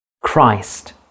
Christ